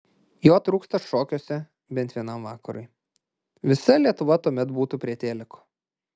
jo trūksta šokiuose bent vienam vakarui visa lietuva tuomet būtų prie teliko